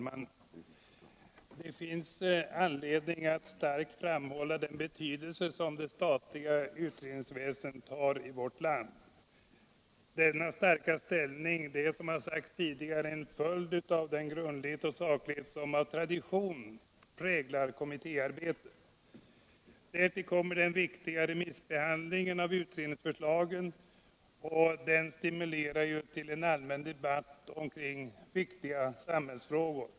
Herr talman! Det finns anledning att starkt framhålla den betydelse som det statliga utredningsväsendet har i vårt land. Denna starka ställning är, som har sagts tidigare, en följd av den grundlighet och saklighet som av tradition präglar kommittéarbetet. Därtill kommer den viktiga remissbehandlingen av utredningsförslagen. Den stimulerar ju till en allmän debatt kring viktiga samhällsfrågor.